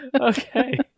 okay